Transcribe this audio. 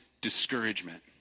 discouragement